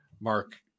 Mark